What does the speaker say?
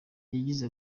yagize